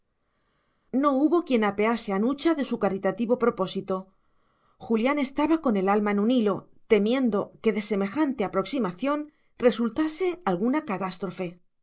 no hubo quien apease a nucha de su caritativo propósito julián estaba con el alma en un hilo temiendo que de semejante aproximación resultase alguna